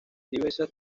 diversas